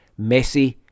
Messi